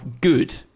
good